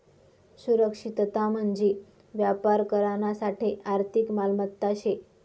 सुरक्षितता म्हंजी व्यापार करानासाठे आर्थिक मालमत्ता शे